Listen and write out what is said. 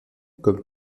comme